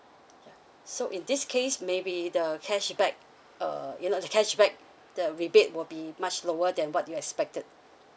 ya so in this case maybe the cashback uh you know the cashback the rebate will be much lower than what you expected